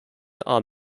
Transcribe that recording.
are